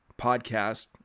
podcast